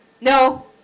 No